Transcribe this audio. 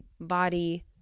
body